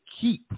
keep